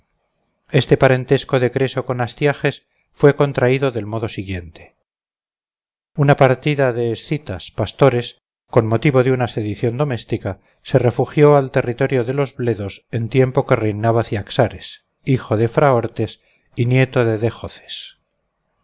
este parentesco de creso con astiages fue contraído del modo siguiente una partida de escitas pastores con motivo de una sedición doméstica se refugió al territorio de los bledos en tiempo que reinaba ciaxares hijo de fraortes y nieto de